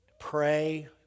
pray